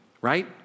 right